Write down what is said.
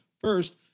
first